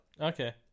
Okay